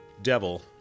devil